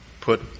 put